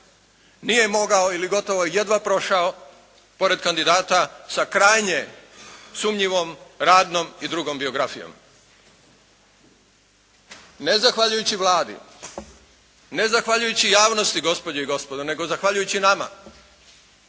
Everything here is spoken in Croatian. nije mogao ili gotovo jedva prošao pored kandidata sa krajnje sumnjivom radnom i drugom biografijom. Ne zahvaljujući Vladi, ne zahvaljujući javnosti gospođe i gospodo nego zahvaljujući nama,